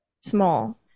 small